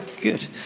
good